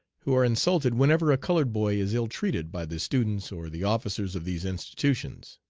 who are insulted whenever a colored boy is ill-treated by the students or the officers of these institutions.